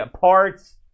parts